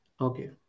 Okay